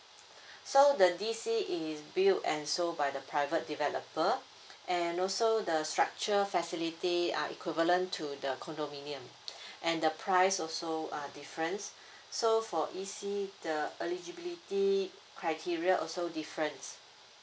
so the E_C is built and sold by the private developer and also the structure facility are equivalent to the condominium and the price also are difference so for E_C the eligibility criteria also difference